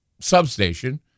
substation